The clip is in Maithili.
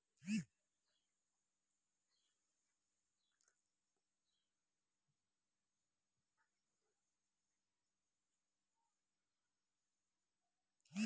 आड़ू केर फर मे खौब रस आ गुद्दा होइ छै